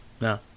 no